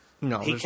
No